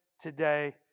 today